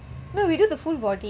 no we do the full body